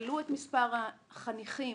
העלו את מספר החניכים